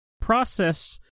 process